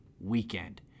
weekend